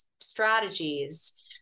strategies